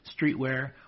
streetwear